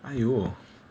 !aiyo!